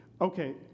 okay